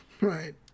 Right